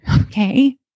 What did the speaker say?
okay